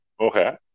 Okay